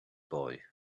boy